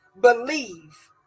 Believe